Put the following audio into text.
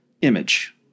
image